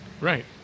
Right